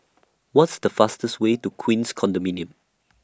What's The fastest Way to Queens Condominium